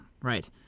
right